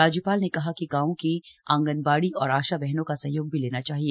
राज्यपाल ने कहा कि गाँवों की आंगनबाड़ी और आशा बहनों का सहयोग भी लेना चाहिए